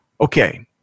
Okay